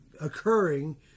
occurring